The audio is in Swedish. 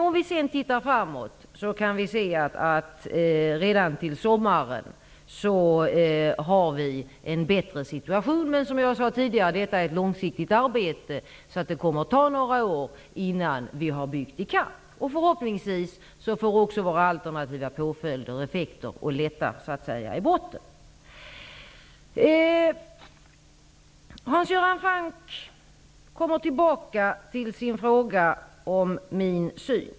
Om vi tittar framåt kan vi se att vi redan till sommaren har en bättre situation. Som jag sade tidigare är detta emellertid ett långsiktigt arbete, så det kommer att ta några år innan vi har byggt i kapp. Förhoppningsvis får också våra alternativa påföljder effekt och gör att det, så att säga, lättar i botten. Hans Göran Franck återkommer till frågan om mitt sätt att se på detta.